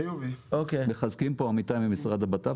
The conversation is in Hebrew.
מחזקים פה ממשרד הבט"פ,